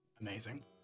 Amazing